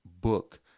book